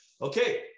Okay